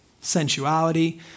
sensuality